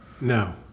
No